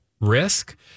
risk